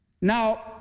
Now